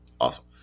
Awesome